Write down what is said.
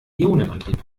ionenantrieb